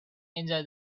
enjoy